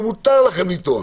ומותר לכם לטעון,